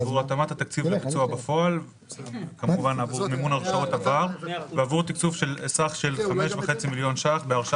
אנחנו זוכרים כמה כסף המשטרה ושירות בתי